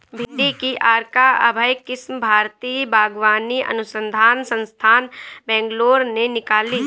भिंडी की अर्का अभय किस्म भारतीय बागवानी अनुसंधान संस्थान, बैंगलोर ने निकाली